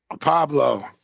Pablo